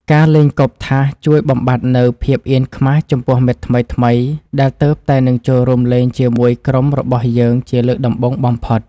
ការលេងគប់ថាសជួយបំបាត់នូវភាពអៀនខ្មាសចំពោះមិត្តថ្មីៗដែលទើបតែនឹងចូលរួមលេងជាមួយក្រុមរបស់យើងជាលើកដំបូងបំផុត។